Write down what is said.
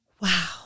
Wow